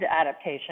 adaptation